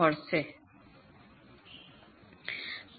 મળશે